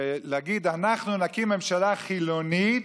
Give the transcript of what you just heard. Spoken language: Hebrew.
שאמר: אנחנו נקים ממשלה חילונית,